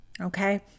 Okay